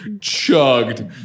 chugged